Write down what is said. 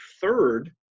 third